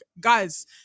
guys